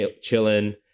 chilling